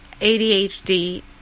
adhd